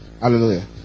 Hallelujah